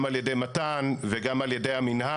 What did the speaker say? גם על ידי מתן וגם על ידי המנהל,